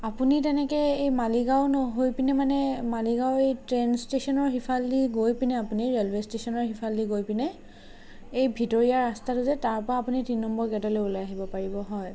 আপুনি তেনেকে এই মালিগাঁও নহৈ পিনে মানে মালিগাঁও এই ট্ৰেইন ষ্টেচনৰ সিফালেদি গৈ পিনে আপুনি ৰে'লৱে ষ্টেচনৰ সিফালেদি গৈ পিনে এই ভিতৰীয়া ৰাস্তাটো যে তাৰ পৰা আপুনি তিনি নম্বৰ গে'টলৈ ওলাই আহিব পাৰিব হয়